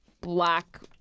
black